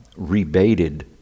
rebated